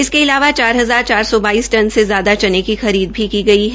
इसके अलावा चार हजार चार सौ बाइस टन से ज्यादा चने की खरीद भी की गई है